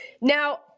Now